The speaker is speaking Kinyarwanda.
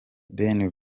ben